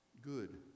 good